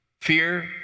Fear